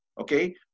Okay